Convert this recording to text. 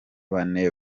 bane